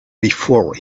before